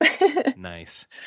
Nice